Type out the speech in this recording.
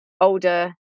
older